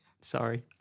sorry